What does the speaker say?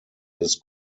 his